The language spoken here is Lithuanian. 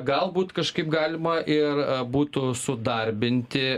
galbūt kažkaip galima ir būtų sudarbinti